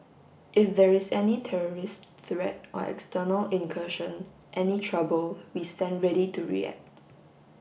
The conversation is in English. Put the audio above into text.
if there is any terrorist threat or external incursion any trouble we stand ready to react